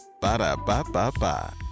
Ba-da-ba-ba-ba